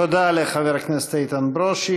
תודה לחבר הכנסת איתן ברושי.